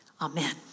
Amen